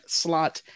slot